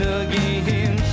again